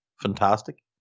fantastic